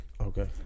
Okay